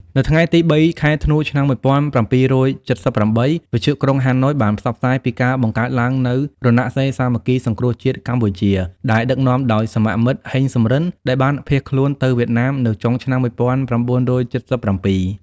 នៅថ្ងៃទី ៣ ខែធ្នូ ឆ្នាំ ១៩៧៨ វិទ្យុក្រុងហាណូយបានផ្សព្វផ្សាយពីការបង្កើតឡើងនូវ "រណសិរ្សសាមគ្គីសង្គ្រោះជាតិកម្ពុជា" ដែលដឹកនាំដោយសមមិត្ត ហេង សំរិន ដែលបានភៀសខ្លួនទៅវៀតណាមនៅចុងឆ្នាំ ១៩៧៧។